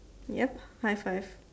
yup high five